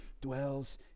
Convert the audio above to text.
dwells